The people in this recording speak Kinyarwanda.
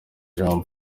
jean